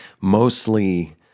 mostly